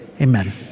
Amen